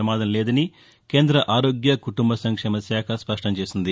ప్రమాదం లేదని కేంద్ర ఆరోగ్య కుటుంబ సంక్షేమ శాఖ స్పష్టం చేసింది